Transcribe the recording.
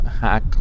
hack